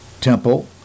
temple